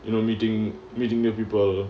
you know meeting meeting new people